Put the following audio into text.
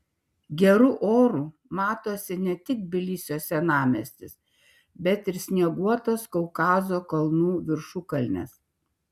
geru oru matosi ne tik tbilisio senamiestis bet ir snieguotos kaukazo kalnų viršukalnės